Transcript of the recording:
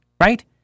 right